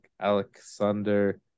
Alexander